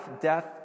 death